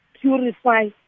purify